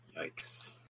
Yikes